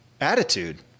attitude